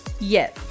Yes